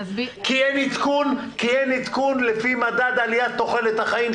אין עדכון לפי מדד עלייה תוחלת החיים,